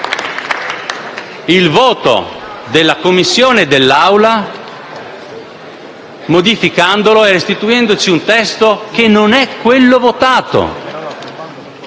il voto della Commissione e dell'Assemblea, modificandolo e restituendoci un testo che non è quello votato.